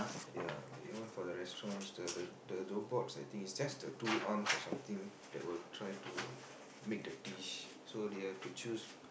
ya even for the restaurants the the the robots I think is just the two arms or something that will try to make the dish so they have to choose